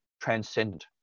transcendent